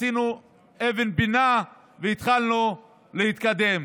עשינו אבן פינה והתחלנו להתקדם.